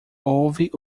houve